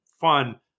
fun